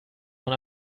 von